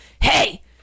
hey